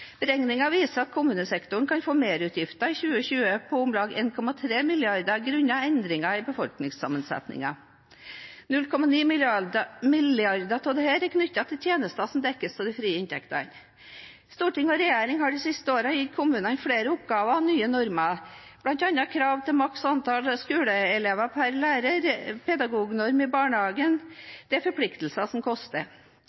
Beregninger viser at kommunesektoren kan få merutgifter i 2020 på om lag 1,3 mrd. kr. grunnet endringer i befolkningssammensetningen. 0,9 mrd. kr. av dette er knyttet til tjenester som dekkes av de frie inntektene. Stortinget og regjeringen har de siste årene gitt kommunene flere oppgaver og nye normer, bl.a. krav om maksimalt antall skoleelever per lærer og pedagognorm i barnehagen.